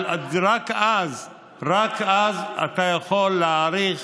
רק אז אתה יכול להעריך